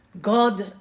God